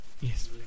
yes